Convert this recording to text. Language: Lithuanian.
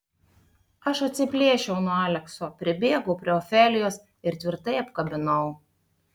aš atsiplėšiau nuo alekso pribėgau prie ofelijos ir tvirtai apkabinau